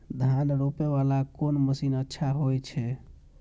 धान रोपे वाला कोन मशीन अच्छा होय छे?